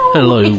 Hello